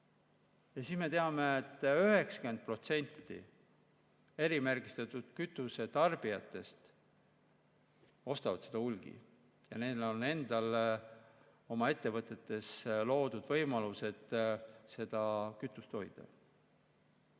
Lisaks me teame, et 90% erimärgistatud kütuse tarbijatest ostab seda hulgi ja neil on oma ettevõttes loodud võimalus seda kütust hoida.